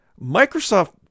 microsoft